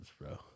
bro